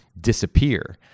disappear